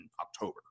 October